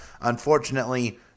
unfortunately